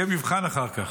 יהיה מבחן אחר כך.